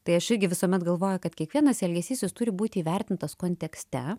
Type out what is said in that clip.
tai aš irgi visuomet galvoju kad kiekvienas elgesys jis turi būti įvertintas kontekste